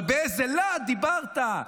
אבל באיזה להט דיברת.